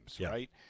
right